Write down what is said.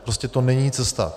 Prostě to není cesta.